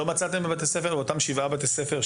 לא מצאתם השנה חומרים באותם שבעה בתי ספר,